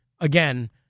again